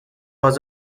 was